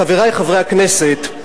חברי חברי הכנסת,